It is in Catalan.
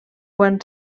quan